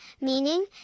meaning